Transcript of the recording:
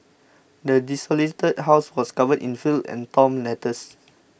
the desolated house was covered in filth and torn letters